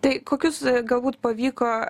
tai kokius galbūt pavyko